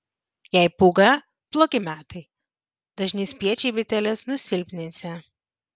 jei pūga blogi metai dažni spiečiai biteles nusilpninsią